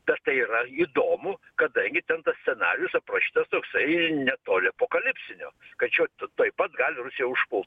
tas tai yra įdomu kada gi ten tas scenarijus aprašytas toksai netoli apokalipsinio kad čia tuoj pat gali rusija užpult